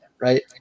right